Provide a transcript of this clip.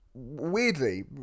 weirdly